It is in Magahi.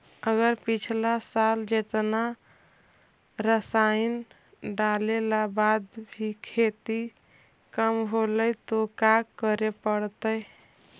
अगर पिछला साल जेतना रासायन डालेला बाद भी खेती कम होलइ तो का करे पड़तई?